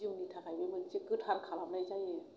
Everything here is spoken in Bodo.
जिउनि थाखायनो मोनसे गोथार खालामनाय जायो